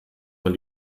man